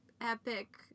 epic